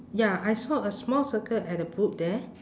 ya I saw a small circle at the boot there